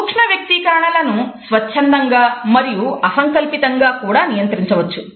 సూక్ష్మ వ్యక్తీకరణలను స్వచ్ఛందంగా మరియు అసంకల్పితంగా కూడా నియంత్రించవచ్చు